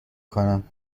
کنم